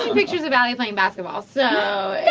pictures of ali playing basketball. so